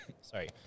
sorry